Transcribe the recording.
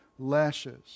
lashes